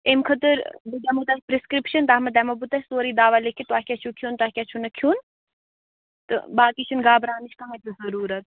اَمۍ خٲطٕر بہٕ دِمو تۄہہِ پرٛٮ۪سکِرٛپشَن تَتھ منٛز دِمو بہٕ تۄہہِ سورُے دَوا لیکھِتھ تۄہہِ کیٛاہ چھُو کھیوٚن تۄہہِ کیٛاہ چھُو نہٕ کھیوٚن تہٕ باقی چھِنہٕ گھابرانٕچ کانٛہہ تہِ ضٔروٗرت